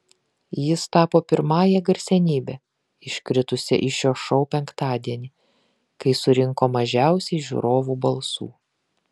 jis tapo pirmąja garsenybe iškritusia iš šio šou penktadienį kai surinko mažiausiai žiūrovų balsų